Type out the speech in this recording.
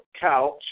couch